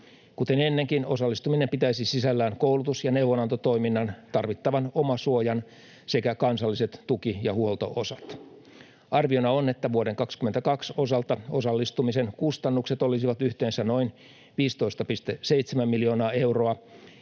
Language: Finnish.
Kuten ennenkin, osallistuminen pitäisi sisällään koulutus- ja neuvonantotoiminnan, tarvittavan omasuojan sekä kansalliset tuki- ja huolto-osat. Arviona on, että vuoden 22 osalta osallistumisen kustannukset olisivat yhteensä noin 15,7 miljoonaa euroa